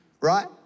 right